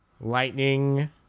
Lightning